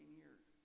years